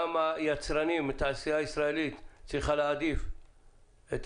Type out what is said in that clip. גם היצרנים מהתעשייה הישראלית צריכים להעדיף את